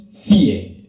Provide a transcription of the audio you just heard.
fear